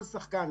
כל שחקן,